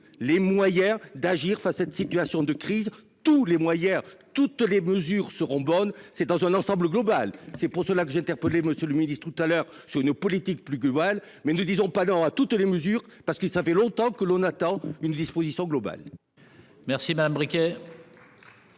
les moi hier d'agir face à une situation de crise tous les mois. Hier, toutes les mesures seront bonnes. C'est dans un ensemble global, c'est pour cela que j'ai interpellé monsieur le midi tout à l'heure sous nos politiques plus globale, mais ne disons pas dans, à toutes les mesures parce que ça fait longtemps que l'on attend une disposition globale.